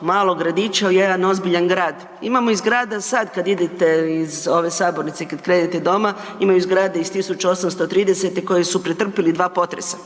malog gradića u jedan ozbiljan grad. Imamo iz grada sad kad idete iz ove sabornice, kad krenete doma, imaju zgrade iz 1830. koje su pretrpili dva potresa.